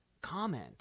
comment